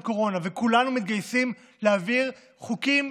קורונה: כולנו מתגייסים להעביר חוקים,